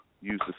use